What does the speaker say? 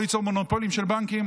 לא ליצור מונופולים של בנקים.